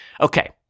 Okay